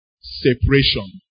separation